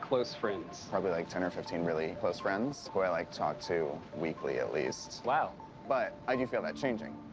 close friends. probably, like, ten or fifteen really close friends, who i like talk to weekly, at least. wow. christophe but i do feel that changing.